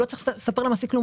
הוא לא צריך לספר למעסיק כלום,